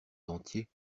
dentier